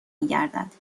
میگردد